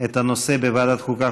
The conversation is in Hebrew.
את הנושא בוועדת החוקה,